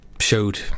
showed